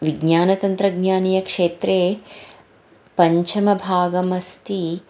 विज्ञानतन्त्रज्ञानीयक्षेत्रे पञ्चमभागमस्ति